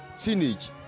teenage